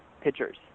pitchers